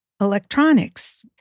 electronics